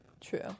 True